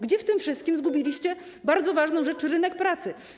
Gdzie w tym wszystkim zgubiliście bardzo ważną rzecz, rynek pracy?